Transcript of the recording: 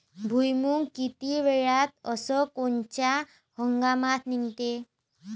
भुईमुंग किती वेळात अस कोनच्या हंगामात निगते?